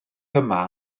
yma